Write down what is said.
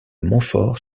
montfort